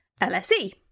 LSE